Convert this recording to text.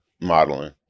modeling